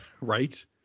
Right